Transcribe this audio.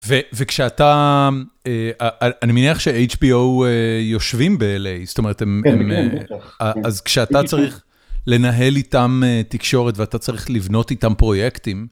וכשאתה, אני מניח ש-HBO יושבים ב-LA, זאת אומרת, הם... כן בטח, אז כשאתה צריך לנהל איתם תקשורת ואתה צריך לבנות איתם פרויקטים...